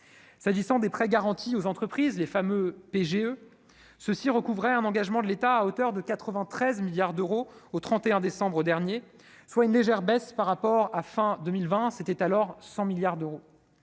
dit, des prêts garantis aux entreprises les femmes PGE ceux-ci recouvrait un engagement de l'État à hauteur de 93 milliards d'euros au 31 décembre dernier, soit une légère baisse par rapport à fin 2020, c'était alors 100 milliards d'euros,